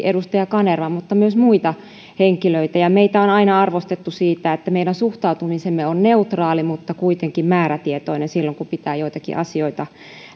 edustaja kanervaa mutta myös muita henkilöitä meitä on aina arvostettu siinä että meidän suhtautumisemme on neutraali mutta kuitenkin määrätietoinen silloin kun pitää joitakin asioita